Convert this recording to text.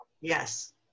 Yes